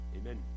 Amen